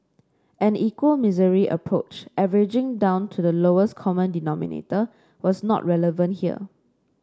an equal misery approach averaging down to the lowest common denominator was not relevant here